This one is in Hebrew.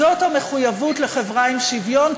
זאת המחויבות לחברה עם שוויון,